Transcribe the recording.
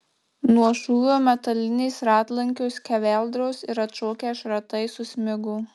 nuo šūvio metalinės ratlankio skeveldros ir atšokę šratai susmigo